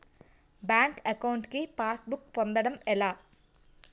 Bank account కి pass book పొందడం ఎలా?